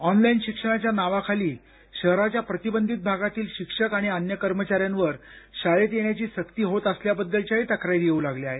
online शिक्षणाच्या नावाखाली शहराच्या प्रतिबंधित भागातील शिक्षक आणि अन्य कर्मचा यांवर शाळेत येण्याची सक्ती होत असल्याबद्दलच्याही तक्रारी येऊ लागल्या आहेत